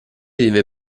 deve